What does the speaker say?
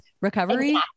recovery